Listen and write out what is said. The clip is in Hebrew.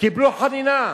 קיבלו חנינה.